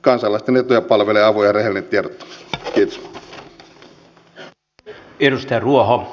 kansalaisten etuja palvelee avoin ja rehellinen tiedottaminen